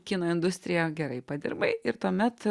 kino industrija gerai padirbai ir tuomet